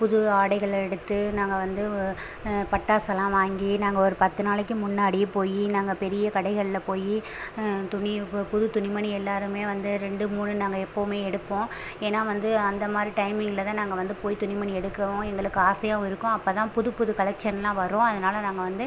புது ஆடைகள் எடுத்து நாங்கள் வந்து பட்டாசெல்லாம் வாங்கி நாங்கள் ஒரு பத்து நாளைக்கு முன்னாடியே போய் நாங்கள் பெரிய கடைகளில் போய் துணி பு புது துணிமணி எல்லோருமே வந்து ரெண்டு மூணு நாங்கள் எப்போவுமே எடுப்போம் ஏன்னால் வந்து அந்த மாதிரி டைமிங்கில் தான் நாங்கள் வந்து போய் துணிமணி எடுக்கவும் எங்களுக்கு ஆசையாவும் இருக்கும் அப்போ தான் புது புது கலெக்ஷன்லாம் வரும் அதனால் நாங்கள் வந்து